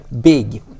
Big